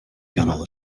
ganol